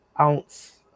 ounce